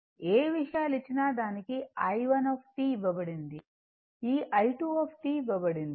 కాబట్టి ఏ విషయాలు ఇచ్చినా దానికి i1 ఇవ్వబడింది ఈ i2 ఇవ్వబడింది